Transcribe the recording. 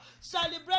Celebrate